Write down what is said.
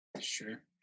Sure